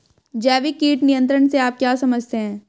जैविक कीट नियंत्रण से आप क्या समझते हैं?